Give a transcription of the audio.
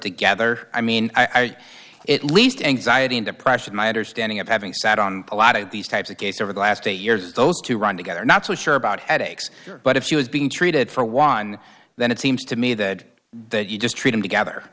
together i mean i like it least anxiety and depression my understanding of having sat on a lot of these types of case over the last eight years those two run together are not so sure about headaches but if she was being treated for one then it seems to me that that you just treated together